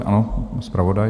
Ano, zpravodaj.